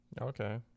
Okay